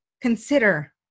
consider